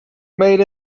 made